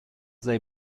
they